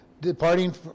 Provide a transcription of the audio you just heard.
departing